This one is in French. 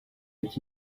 est